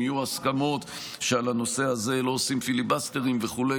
אם היו הסכמות שעל הנושא הזה לא עושים פיליבסטרים וכו',